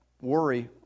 worry